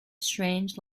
strange